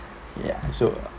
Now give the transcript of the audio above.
ya so